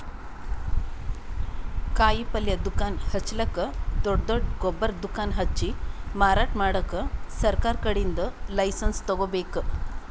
ಕಾಯಿಪಲ್ಯ ದುಕಾನ್ ಹಚ್ಚಲಕ್ಕ್ ದೊಡ್ಡ್ ದೊಡ್ಡ್ ಗೊಬ್ಬರ್ ದುಕಾನ್ ಹಚ್ಚಿ ಮಾರಾಟ್ ಮಾಡಕ್ ಸರಕಾರ್ ಕಡೀನ್ದ್ ಲೈಸನ್ಸ್ ತಗೋಬೇಕ್